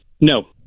No